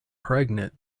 pregnant